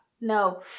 no